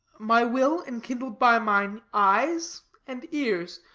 my will enkindled by mine eyes and ears,